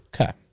Okay